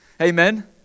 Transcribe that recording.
Amen